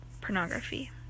pornography